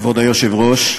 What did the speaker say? כבוד היושב-ראש,